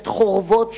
את חורבות שומרון,